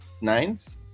nines